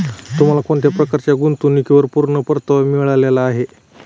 तुम्हाला कोणत्या प्रकारच्या गुंतवणुकीवर पूर्ण परतावा मिळाला आहे